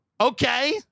Okay